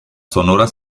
sonoras